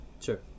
sure